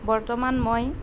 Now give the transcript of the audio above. বৰ্তমান মই